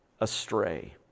astray